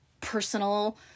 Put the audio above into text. personal